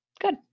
good